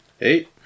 Eight